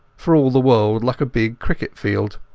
for all the world like a big cricket-field.